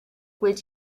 would